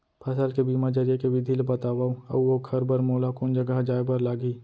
फसल के बीमा जरिए के विधि ला बतावव अऊ ओखर बर मोला कोन जगह जाए बर लागही?